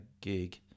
gig